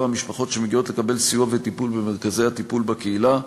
המשפחות שמגיעות לקבל סיוע וטיפול במרכזי הטיפול בקהילה.